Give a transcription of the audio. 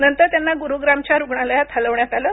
नतर त्यांना गुरूग्रामच्या रुग्णालयात हलवण्यात आलं